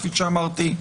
כפי שאמרתי,